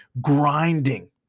grinding